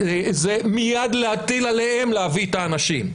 מייד להטיל עליהם להביא את האנשים.